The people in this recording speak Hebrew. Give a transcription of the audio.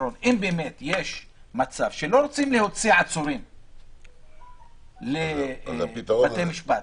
אם באמת יש מצב שלא רוצים להוציא עצורים לבתי משפט,